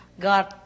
God